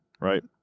Right